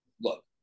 look